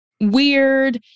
weird